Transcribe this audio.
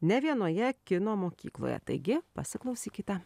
ne vienoje kino mokykloje taigi pasiklausykite